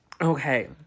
Okay